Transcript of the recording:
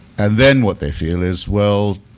and then what they feel is well,